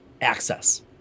access